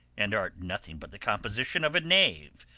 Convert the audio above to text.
and art nothing but the composition of a knave,